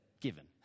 given